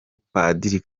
padiri